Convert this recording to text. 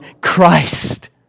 Christ